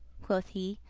quoth he,